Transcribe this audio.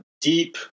deep